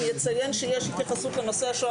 אני אציין שיש התייחסות לנושא השואה